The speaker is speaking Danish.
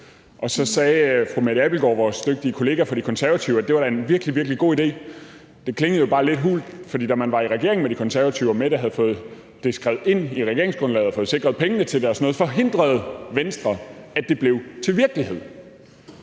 og så sagde fru Mette Abildgaard, vores den dygtige kollega fra De Konservative, at det da var en virkelig, virkelig god idé. Men det klinger jo bare lidt hult, for da Venstre var i regering med De Konservative og fru Mette Abildgaard havde fået det skrevet det ind i regeringsgrundlaget og havde fået sikret pengene til det og sådan noget, så forhindrede Venstre, at det blev til virkelighed.